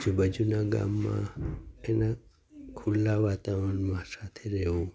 આજુ બાજુના ગામમાં એના ખુલ્લા વાતાવરણમાં સાથે રેહવું